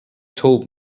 told